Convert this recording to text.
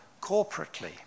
corporately